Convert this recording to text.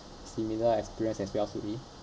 similar experience as well soo ee